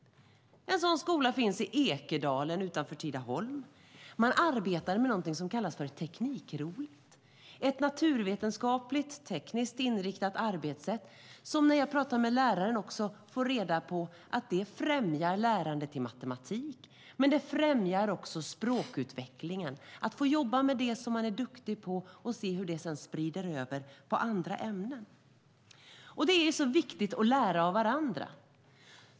En sådan skola finns i Ekedalen utanför Tidaholm. Man arbetar med någonting som kallas för Teknikroligt. Det är ett naturvetenskapligt tekniskt inriktat arbetssätt. När jag pratar med läraren får jag reda på att det främjar lärandet i matematik. Det främjar också språkutvecklingen. Det handlar om att få jobba med det som man är duktig på och se hur det sedan sprider sig till andra ämnen. Det är viktigt att lära av varandra.